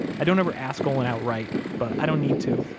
i don't ever ask olin outright, but i don't need to.